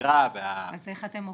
השמירה וה --- אז איך אתם עוקבים?